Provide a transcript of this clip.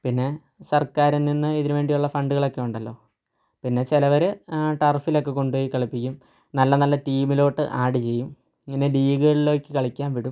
പിന്നെ സർക്കാരിൽ നിന്ന് ഇതിന് വേണ്ടിയുള്ള ഫണ്ടുകളൊക്കെ ഉണ്ടല്ലോ പിന്നെ ചിലവർ ടർഫിലൊക്കെ കൊണ്ടുപോയി കളിപ്പിക്കും നല്ല നല്ല ടീമിലോട്ട് ആഡ് ചെയ്യും അങ്ങനെ ലീഗുകളിലേക്ക് കളിക്കാൻ വിടും